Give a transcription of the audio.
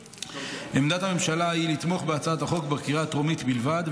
עמדת הממשלה היא לתמוך בהצעת החוק בקריאה הטרומית בלבד,